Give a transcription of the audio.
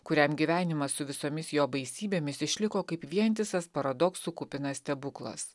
kuriam gyvenimas su visomis jo baisybėmis išliko kaip vientisas paradoksų kupinas stebuklas